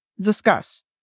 discuss